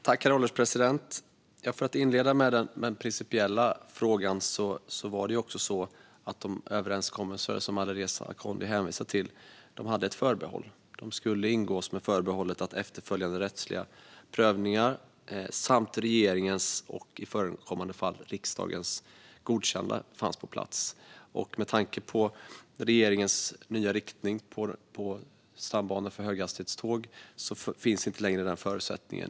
Herr ålderspresident! Låt mig inleda med den principiella frågan. De överenskommelser som Alireza Akhondi hänvisar till skulle ingås med förbehållet att efterföljande rättsliga prövningar samt regeringens och i förekommande fall riksdagens godkännande fanns på plats. Med tanke på regeringens nya riktning när det gäller stambanor för höghastighetståg råder inte längre denna förutsättning.